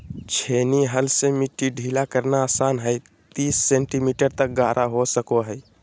छेनी हल से मिट्टी ढीला करना आसान हइ तीस सेंटीमीटर तक गहरा हो सको हइ